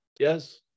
Yes